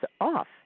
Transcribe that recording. off